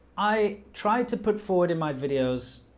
i tried to put forward in my videos.